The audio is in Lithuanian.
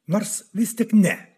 nors vis tik ne